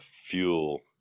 fuel